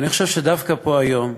אני חושב שדווקא פה היום,